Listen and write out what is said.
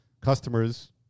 customers